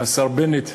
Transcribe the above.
השר בנט,